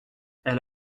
elle